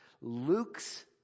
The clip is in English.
Luke's